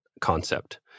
concept